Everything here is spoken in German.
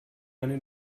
eine